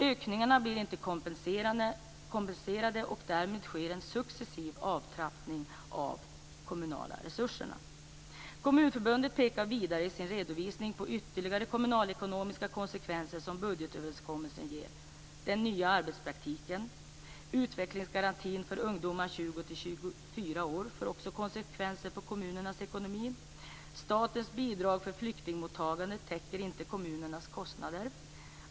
Ökningarna blir inte kompenserade, och därmed sker en successiv avtrappning av de kommunala resurserna. Kommunförbundet pekar vidare i sin redovisning på ytterligare kommunalekonomiska konsekvenser som budgetöverenskommelsen ger. Den nya arbetspraktiken och utvecklingsgarantin för ungdomar 20-24 år får också konsekvenser på kommunernas ekonomi. Statens bidrag för flyktingmottagandet täcker inte kommunernas kostnader.